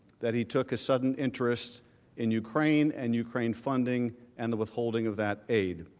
that he took a sudden interest in ukraine, and ukraine funding, and the withholding of that aid.